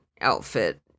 outfit